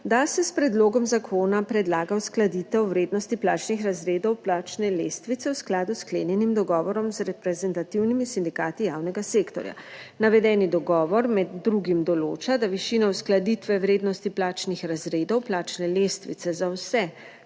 da se s predlogom zakona predlaga uskladitev vrednosti plačnih razredov plačne lestvice v skladu s sklenjenim dogovorom z reprezentativnimi sindikati javnega sektorja. Navedeni dogovor med drugim določa, da višina uskladitve vrednosti plačnih razredov plačne lestvice za vse,